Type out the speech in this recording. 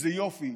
איזה יופי.